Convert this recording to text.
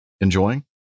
enjoying